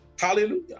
Hallelujah